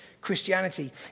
Christianity